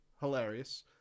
Hilarious